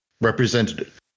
representative